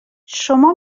شما